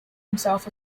himself